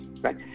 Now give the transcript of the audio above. right